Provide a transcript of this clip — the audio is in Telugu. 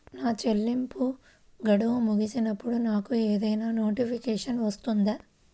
నా చెల్లింపు గడువు ముగిసినప్పుడు నాకు ఏదైనా నోటిఫికేషన్ వస్తుందా?